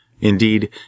Indeed